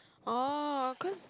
oh cause